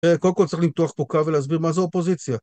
קודם כל צריך למתוח פה קו ולהסביר מה זה אופוזיציה.